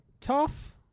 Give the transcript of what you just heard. Tough